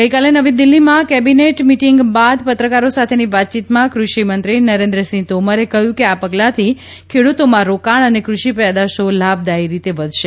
ગઈકાલે નવી દિલ્હીમાં કેબિનેટ મિટિંગ બાદ પત્રકારો સાથેની વાતચીતમાં ક્રષિ મંત્રી નરેન્દ્રસિંહ તોમરે કહ્યું કે આ પગલાથી ખેડ્રતોમાં રોકાણ અને ક્રષિ પેદાશો લાભદાયી રીતે વધશે